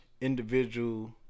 individual